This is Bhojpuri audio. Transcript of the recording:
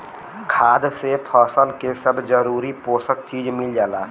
खाद से फसल के सब जरूरी पोषक चीज मिल जाला